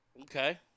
Okay